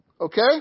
Okay